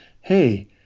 Hey